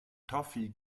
toffee